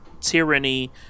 tyranny